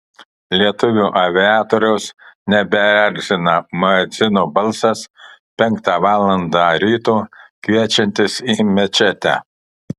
lietuvių aviatoriaus nebeerzina muedzino balsas penktą valandą ryto kviečiantis į mečetę